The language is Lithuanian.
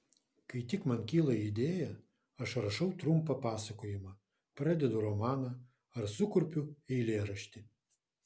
kai tik man kyla idėja aš rašau trumpą pasakojimą pradedu romaną ar sukurpiu eilėraštį